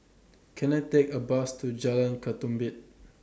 Can I Take A Bus to Jalan Ketumbit